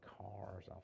cars